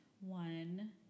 one